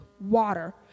water